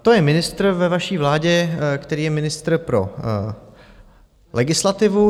To je ministr ve vaší vládě, který je ministrem pro legislativu.